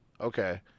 Okay